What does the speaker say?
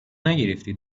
نگرفتی